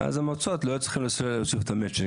ואז המועצות לא יצטרכו להוסיף את המצ'ינג,